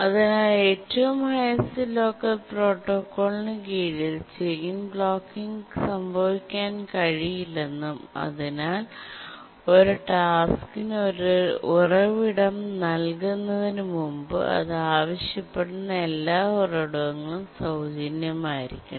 അതിനാൽ ഏറ്റവും highest locker പ്രോട്ടോക്കോളിന് കീഴിൽ ചെയിൻ ബ്ലോക്കിങ് സംഭവിക്കാൻ കഴിയില്ലെന്നും അതിനാൽ ഒരു ടാസ്ക്കിന് ഒരു ഉറവിടം നൽകുന്നതിനുമുമ്പ് അത് ആവശ്യപ്പെടുന്ന എല്ലാ ഉറവിടങ്ങളും സൌജന്യമായിരിക്കണം